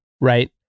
right